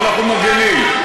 אנחנו מגינים,